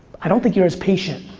i don't think you're as patient.